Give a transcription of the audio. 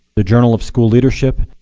the journal of school leadership,